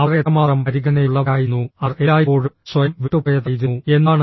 അവർ എത്രമാത്രം പരിഗണനയുള്ളവരായിരുന്നു അവർ എല്ലായ്പ്പോഴും സ്വയം വിട്ടുപോയതായിരുന്നു എന്താണ്